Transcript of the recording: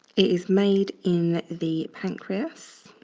it is made in the pancreas